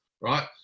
right